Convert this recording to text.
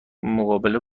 مقاله